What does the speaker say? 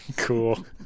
Cool